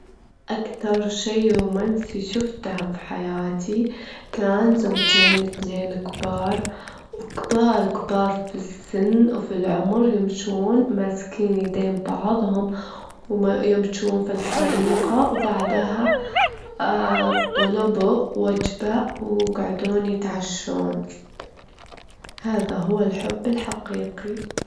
المعتقد المهم بالنسبة لي هو التفاؤل، وإن الإنسان يعمل بجد، وإنه يشتغل بشغف مهما كانت الصعوبات، إنه يتحلى بالأمل والعمل المستمر وهو اللي يساعدنا نتغلب على كل شي، ونتغلب على كل مشاكل الحياة اللي ممكن تواجهنا.